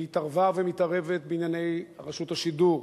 היא התערבה ומתערבת בענייני רשות השידור,